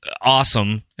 awesome